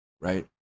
right